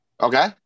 Okay